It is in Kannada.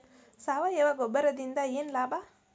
ಸಾವಯವ ಗೊಬ್ಬರದಿಂದ ಏನ್ ಲಾಭ?